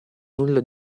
nulla